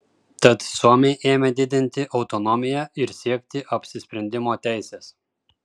tad suomiai ėmė didinti autonomiją ir siekti apsisprendimo teisės